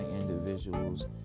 individuals